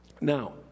Now